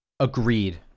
Agreed